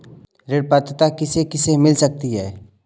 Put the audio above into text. ऋण पात्रता किसे किसे मिल सकती है?